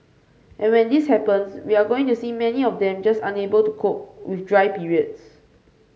and when this happens we are going to see many of them just unable to cope with dry periods